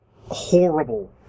horrible